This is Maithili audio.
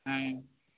हम्म